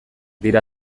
dira